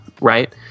right